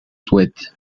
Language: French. souhaite